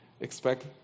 expect